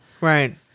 right